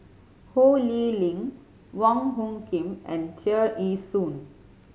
Ho Lee Ling Wong Hung Khim and Tear Ee Soon